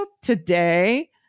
today